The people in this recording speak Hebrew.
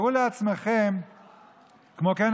כמו כן,